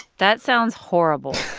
that sounds horrible